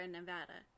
Nevada